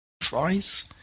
fries